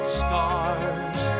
scars